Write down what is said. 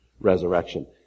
resurrection